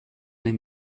dem